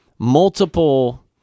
multiple